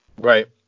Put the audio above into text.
Right